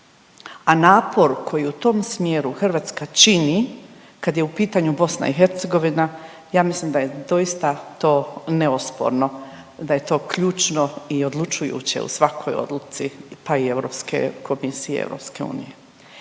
a napor koji u tom smjeru Hrvatska čini kad je u pitanju BiH ja mislim da je doista to neosporno, da je to ključno i odlučujuće u svakoj odluci pa i Europske komisije EU.